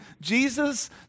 Jesus